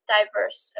diverse